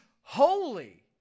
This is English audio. holy